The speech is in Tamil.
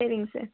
சரிங்க சார்